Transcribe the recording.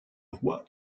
roi